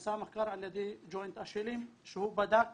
נעשה מחקר על ידי ג'וינט אשלים שהוא בדק